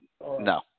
No